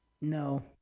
No